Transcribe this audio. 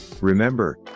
Remember